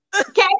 Okay